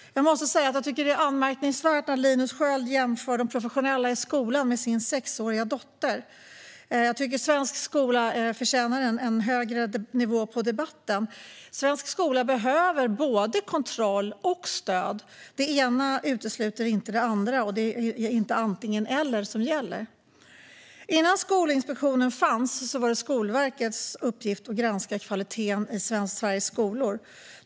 Jag måste säga att jag tycker att det är anmärkningsvärt att Linus Sköld jämför de professionella i skolan med sin sexåriga dotter. Jag tycker att svensk skola förtjänar en högre nivå på debatten. Svensk skola behöver både kontroll och stöd. Det ena utesluter inte det andra, och det är inte antingen eller som gäller. Innan Skolinspektionen fanns var det Skolverkets uppgift att granska kvaliteten i Sveriges skolor.